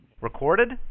Recorded